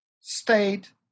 state